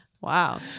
Wow